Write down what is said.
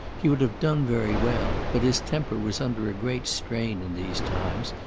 he would have done very well, but his temper was under a great strain in these times,